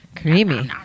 Creamy